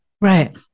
Right